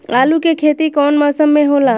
आलू के खेती कउन मौसम में होला?